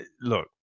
look